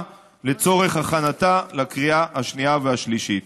לצורך הכנתה לקריאה השנייה והשלישית.